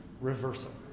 reversal